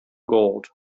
gold